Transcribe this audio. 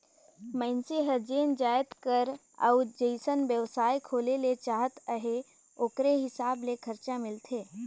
मइनसे हर जेन जाएत कर अउ जइसन बेवसाय खोले ले चाहत अहे ओकरे हिसाब ले खरचा मिलथे